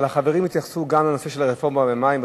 אבל החברים התייחסו גם לנושא של הרפורמה במים.